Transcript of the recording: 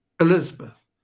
Elizabeth